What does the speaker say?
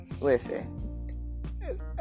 Listen